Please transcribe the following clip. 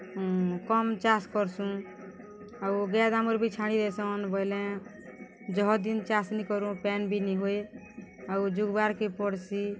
କମ୍ ଚାଷ୍ କର୍ସୁଁ ଆଉ ଗାଏ ଦାମୁର୍ ବି ଛାଡ଼ି ଦେସୁଁ ବଏଲେ ଜହ ଦିନ୍ ଚାଷ୍ ନି କରୁ ପେନ୍ ବି ନି ହୁଏ ଆଉ ଯୁଗ୍ବାର୍କେ ପଡ଼୍ସି